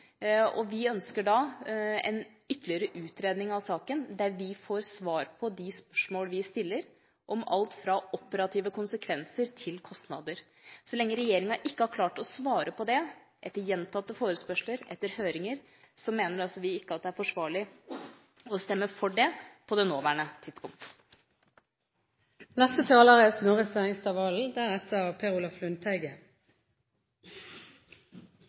og vi ønsker derfor en ytterligere utredning av saken, der vi får svar på de spørsmål vi stiller om alt fra operative konsekvenser til kostnader. Så lenge regjeringa ikke har klart å svare på det, etter gjentatte spørsmål og høringer, så mener vi det ikke er forsvarlig å stemme for det, på det nåværende tidspunkt. Først til komitélederen: Det er